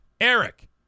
Eric